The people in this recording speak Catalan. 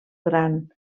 gran